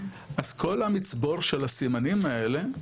אז כל המצבור של הסימנים האלה,